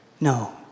No